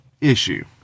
issue